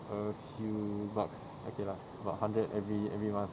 a few bucks okay lah about a hundred every every month